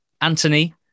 Anthony